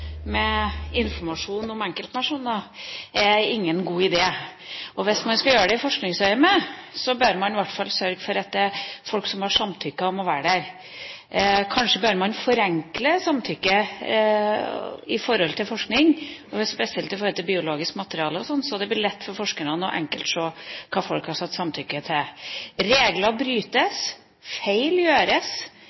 med informasjon om enkeltpersoner ikke er noen god idé. Hvis man skal gjøre det i forskningsøyemed, bør man i hvert fall sørge for at det er folk som har samtykket i å være der. Kanskje bør man forenkle samtykket i forhold til forskning, og spesielt i forhold til biologisk materiale, slik at det blir enkelt for forskerne å se hva folk har gitt samtykke til. Regler brytes, feil gjøres.